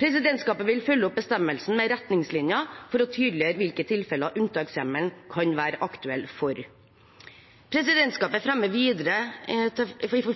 Presidentskapet vil følge opp bestemmelsen med retningslinjer for å tydeliggjøre hvilke tilfeller unntakshjemmelen kan være aktuell for. Presidentskapet fremmer videre